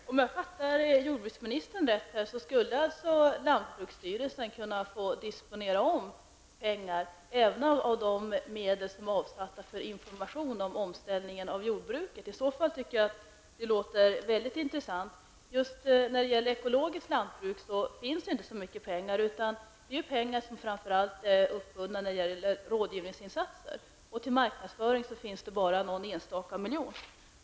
Herr talman! Om jag fattade jordbruksministern rätt skulle alltså lantbruksstyrelsen kunna få disponera om pengar även ur de medel som är avsatta för information om omställningen av jordbruket. Det låter mycket intressant. Just när det gäller ekologiskt lantbruk finns inte så mycket pengar. Det är pengar som framför allt är uppbundna till rådgivningsinsatser. Till marknadsföring finns bara någon enstaka miljon.